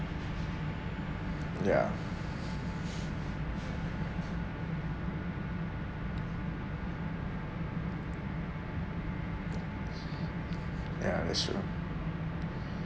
ya ya that's true